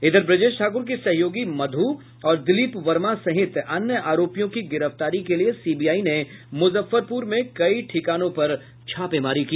इधर ब्रजेश ठाकुर की सहयोगी मधु और दिलीप वर्मा सहित अन्य अरोपियों की गिरफ्तारी के लिए सीबीआई ने मुजफ्फरपुर में कई ठिकानों पर छापेमारी की